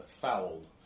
fouled